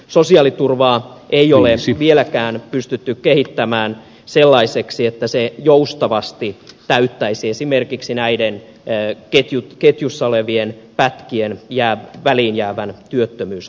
sosiaaliturvaa ei ole vieläkään pystytty kehittämään sellaiseksi että se joustavasti täyttäisi esimerkiksi näiden ketjussa olevien pätkien väliin jäävän työttömyysajan